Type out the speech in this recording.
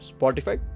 Spotify